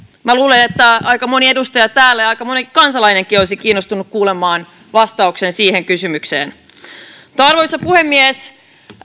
minä luulen että aika moni edustaja täällä ja aika moni kansalainenkin olisi kiinnostunut kuulemaan vastauksen siihen kysymykseen arvoisa puhemies